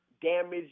damaged